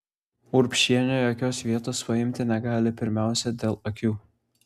urbšienė jokios vietos paimti negali pirmiausia dėl akių